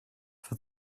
for